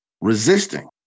Resisting